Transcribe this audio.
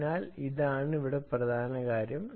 അതിനാൽ അതാണ് ഇവിടെ പ്രധാന കാര്യം